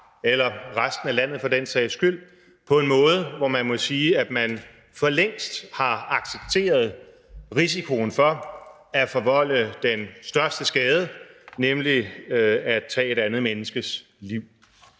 eller i resten af landet for den sags skyld, på en måde, hvor man må sige, at man for længst har accepteret risikoen for at forvolde er den største skade, nemlig at tage et andet menneskes liv.